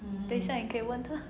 等一下你可以问他